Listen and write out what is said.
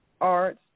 arts